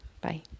Bye